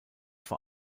vor